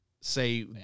Say